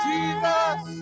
Jesus